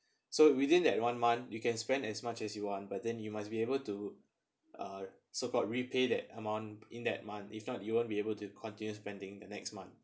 so within that one month you can spend as much as you want but then you must be able to uh so called repay that amount in that month if not you won't be able to continue spending the next month